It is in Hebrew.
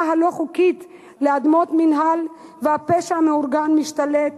הלא-חוקית על אדמות מינהל והפשע המאורגן משתלט